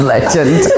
Legend